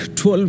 12